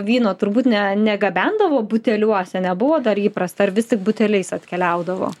vyno turbūt ne negabendavo buteliuose nebuvo dar įprasta ar vis tik buteliais atkeliaudavo